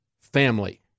family